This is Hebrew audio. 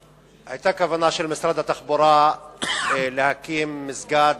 היתה כוונה של משרד התחבורה להקים מסגד